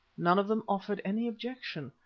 none of them offered any objection,